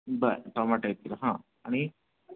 बरं टोमाटो एक किलो हां आणि